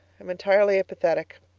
i'm entirely apathetic.